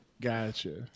gotcha